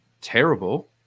terrible